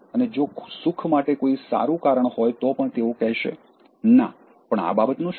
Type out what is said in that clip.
અને જો સુખ માટે કોઈ સારું કારણ હોય તો પણ તેઓ કહેશે ના પણ આ બાબતનું શું